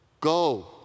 Go